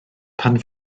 pan